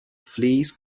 fleece